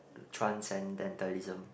transcendentalism